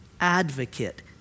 advocate